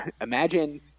Imagine